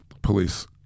police